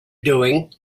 doing